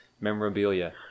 memorabilia